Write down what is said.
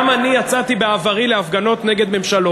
גם אני יצאתי בעברי להפגנות נגד ממשלות.